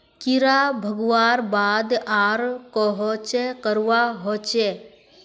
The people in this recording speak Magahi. कीड़ा भगवार बाद आर कोहचे करवा होचए?